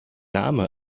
name